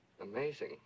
amazing